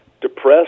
depressed